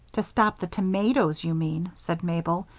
to stop the tomatoes, you mean, said mabel.